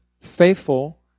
faithful